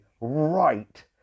right